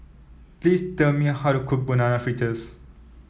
please tell me how to cook Banana Fritters